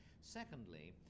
Secondly